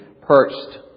perched